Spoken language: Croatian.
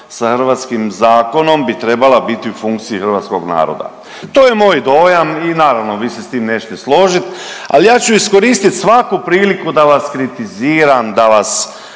sa hrvatskim zakonom bi trebala biti u funkciji hrvatskog naroda. To je moj dojam i naravno vi ste s tim nećete složit, ali ja ću iskoristit svaku priliku da vas kritiziram, da vas